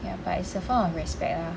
ya but it's a form of respect lah